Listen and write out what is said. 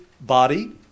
body